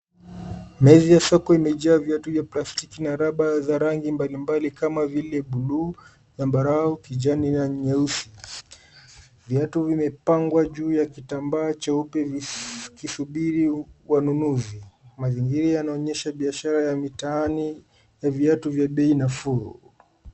Meza ya soko imejaa viatu ya plastiki na rubber za rangi mbalimbali kama vile bluu, zambarau, kijani na nyeusi. Viatu vimepangwa juu ya kitambaa cheupe vikisubiri wanunuzi. Mazingira yanaonyesha biashara ya mitaani ya viatu vya bei nafuu.